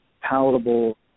palatable